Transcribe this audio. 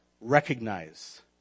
recognize